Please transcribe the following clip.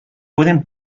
pueden